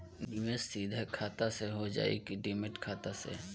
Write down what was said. निवेश सीधे खाता से होजाई कि डिमेट खाता से?